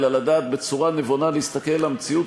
אלא לדעת בצורה נבונה להסתכל על המציאות